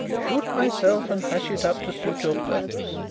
shoot myself and hush it up to suit your purpose.